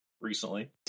recently